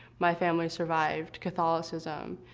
my family survived catholicism.